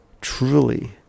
truly